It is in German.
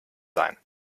sein